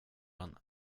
den